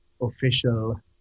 official